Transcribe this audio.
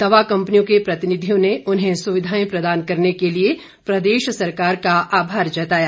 दवा कम्पनियों के प्रतिनिधियों ने उन्हें सुविधाएं प्रदान करने के लिए प्रदेश सरकार का आभार जताया